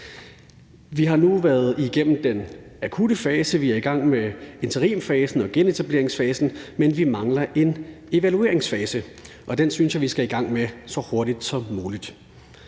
Vi har nu været igennem den akutte fase. Vi er i gang med interimfasen og genetableringsfasen, men vi mangler en evalueringsfase, og den synes jeg vi skal i gang med så hurtigt som muligt.